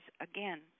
again